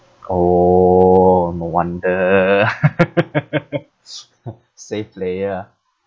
orh no wonder safe player ah